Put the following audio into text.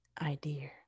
idea